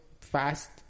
fast